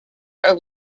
are